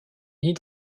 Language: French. nid